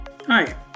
Hi